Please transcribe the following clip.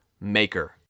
maker